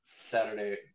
Saturday